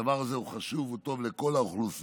הדבר הזה הוא חשוב והוא טוב לכל האוכלוסיות.